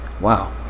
Wow